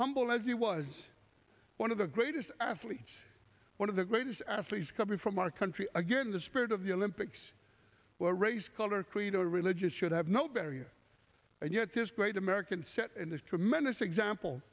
humble as he was one of the greatest athletes one of the greatest athletes coming from our country again the spirit of the olympics where race color creed a religious should have no barriers and yet this great american set in this tremendous example